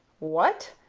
what!